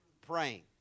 praying